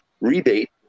rebate